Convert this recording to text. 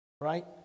right